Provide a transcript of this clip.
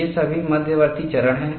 ये सभी मध्यवर्ती चरण हैं